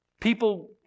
People